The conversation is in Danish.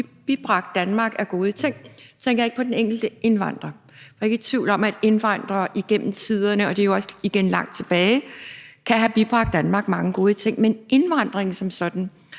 bibragt Danmark af gode ting. Nu tænker jeg ikke på den enkelte indvandrer, for jeg er ikke i tvivl om, at indvandrere igennem tiderne – og det er jo igen også langt tilbage – kan have bibragt Danmark mange gode ting; jeg tænker på indvandringen som sådan.